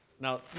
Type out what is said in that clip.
now